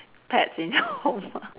pets in your home ah